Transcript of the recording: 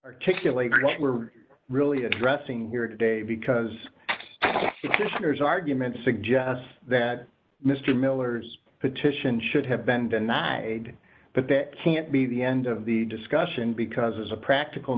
articulate we're really addressing here today because there's an argument to suggest that mr miller's petition should have been denied but that can't be the end of the discussion because as a practical